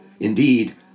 indeed